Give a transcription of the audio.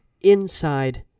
inside